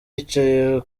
yicaye